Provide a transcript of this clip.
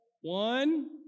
one